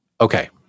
Okay